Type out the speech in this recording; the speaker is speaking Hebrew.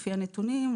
לפי הנתונים,